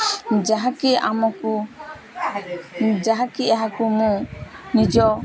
ଯାହାକି ଆମକୁ ଯାହାକି ଏହାକୁ ମୁଁ ନିଜ